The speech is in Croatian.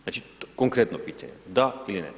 Znači, konkretno pitanje, da ili ne.